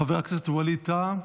חבר הכנסת ווליד טאהא,